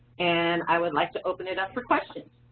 and i would like to open it up for questions.